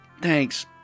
Thanks